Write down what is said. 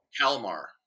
Kalmar